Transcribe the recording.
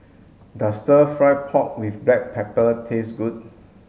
does stir fry pork with black pepper taste good